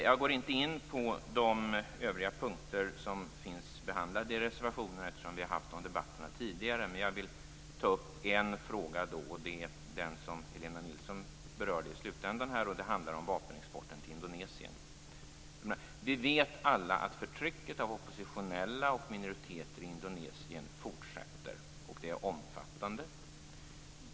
Jag går inte in på de övriga punkter som finns behandlade i reservationer, eftersom vi haft debatter om dem tidigare, men en fråga vill jag ta upp. Det är den som Helena Nilsson berörde i slutändan och som handlar om vapenexporten till Indonesien. Vi vet alla att förtrycket av oppositionella och minoriteter i Indonesien fortsätter, och det är omfattande.